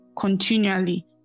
continually